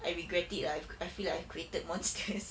I regret it lah I feel like I created monsters